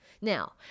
Now